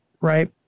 right